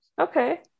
Okay